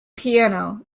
piano